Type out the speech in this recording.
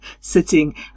sitting